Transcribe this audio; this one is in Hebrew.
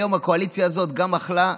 היום הקואליציה הזאת גם אכלה,